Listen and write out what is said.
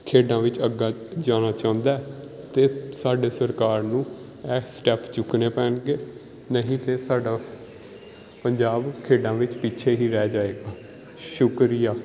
ਖੇਡਾਂ ਵਿੱਚ ਅੱਗੇ ਜਾਣਾ ਚਾਹੁੰਦਾ ਤਾਂ ਸਾਡੇ ਸਰਕਾਰ ਨੂੰ ਇਹ ਸਟੈੱਪ ਚੁੱਕਣੇ ਪੈਣਗੇ ਨਹੀਂ ਤਾਂ ਸਾਡਾ ਪੰਜਾਬ ਖੇਡਾਂ ਵਿੱਚ ਪਿੱਛੇ ਹੀ ਰਹਿ ਜਾਵੇਗਾ ਸ਼ੁਕਰੀਆ